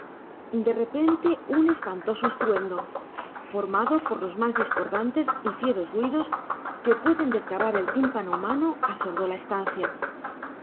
de repente un espantoso estruendo formado por los más discordantes y fieros ruidos que pueden desgarrar el tímpano humano asordó la estancia